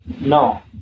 No